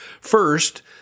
First